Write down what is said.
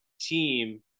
team